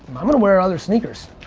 i'm wanna wear other sneakers.